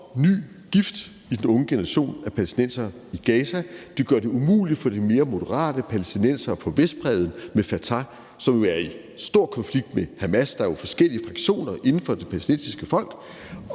ny gift i den unge generation af palæstinensere i Gaza. De gør det umuligt for de mere moderate palæstinensere på Vestbredden med Fatah, som er i stor konflikt med Hamas; der er jo forskellige fraktioner inden for det palæstinensiske folk.